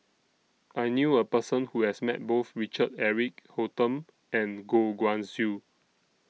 I knew A Person Who has Met Both Richard Eric Holttum and Goh Guan Siew